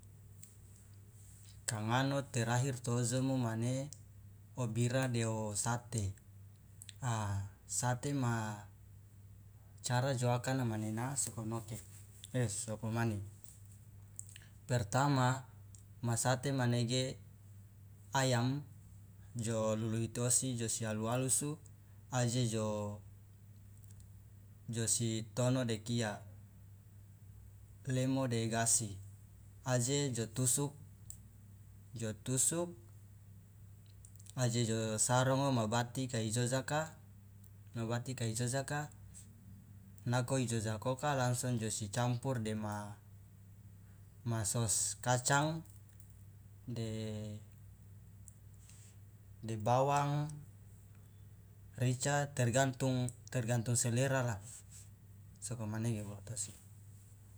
kangano terakhir to ojomo mane obira de osate asate macara joakan manena sokonoke esokomane pertama ma sate manege ayam jo luluiti osi josi alu- alusu aje jo josi tono de kia lemo de gasi aje jo tusuk jo tusuk aje so sarongo ma bati kai jojaka ma bati kai jojaka nako ijojakoka langsung josi campur dema ma sos kacang de de bawang rica tergantung tergantung selera la sokomenege bolotosi.